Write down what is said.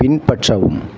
பின்பற்றவும்